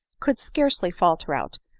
could scarcely falter out,